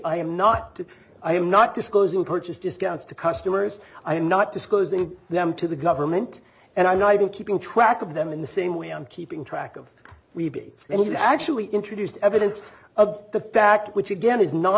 i am not i am not disclosing the purchase discounts to customers and not disclosing them to the government and i'm not even keeping track of them in the same way i'm keeping track of we it was actually introduced evidence of the fact which again is no